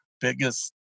biggest